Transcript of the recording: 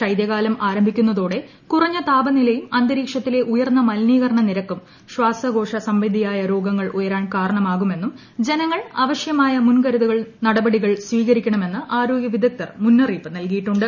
ശൈത്യകാലം ആരംഭിക്കുന്നതോടെ കുറഞ്ഞ താപനിലയും അന്തരീക്ഷത്തിലെ ഉയർന്ന മലിനീകരണ നിരക്കും ശ്വാസകോശ സംബന്ധിയായ രോഗങ്ങൾ ഉയരാൻ കാരണമാകുമെന്നും ജനങ്ങൾ ആവശ്യമായ മുൻകരുതൽ നടപടികൾ സ്വീകരിക്കണമെന്ന് ആരോഗ്യവിദഗ്ധർ മുന്നറിയിപ്പ് നൽകിയിട്ടുണ്ട്